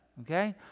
Okay